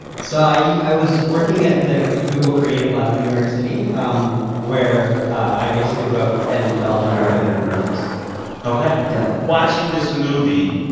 so yeah i was working at the google creative lab in new york city, um where i basically wrote and developed and directed their commercials ok yeah watching this movie,